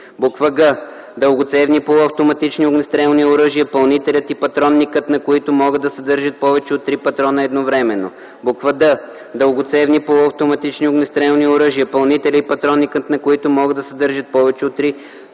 г) дългоцевни полуавтоматични огнестрелни оръжия, пълнителят и патронникът на които могат да съдържат повече от три патрона едновременно; д) дългоцевни полуавтоматични огнестрелни оръжия, пълнителят и патронникът на които могат да съдържат повече от три патрона